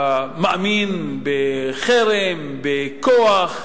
שמאמין בחרם, בכוח,